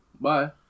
Bye